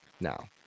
now